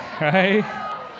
right